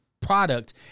product